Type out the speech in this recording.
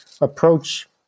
approach